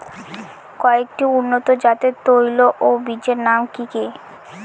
কয়েকটি উন্নত জাতের তৈল ও বীজের নাম কি কি?